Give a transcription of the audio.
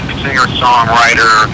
singer-songwriter